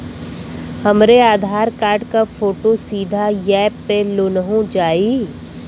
हमरे आधार कार्ड क फोटो सीधे यैप में लोनहो जाई?